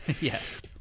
yes